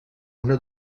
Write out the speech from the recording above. una